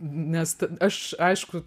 nes ta aš aišku